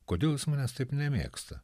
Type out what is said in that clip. kodėl jis manęs taip nemėgsta